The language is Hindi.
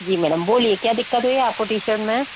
जी मैडम बोलिए क्या दिक्कत हुई है आपको टी शर्ट में